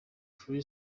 trey